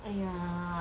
!aiya!